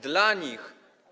Dla nich.